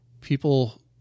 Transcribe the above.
people